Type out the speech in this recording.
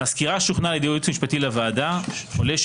מהסקירה שהוכנה על-ידי הייעוץ המשפטי לוועדה אף עולה כי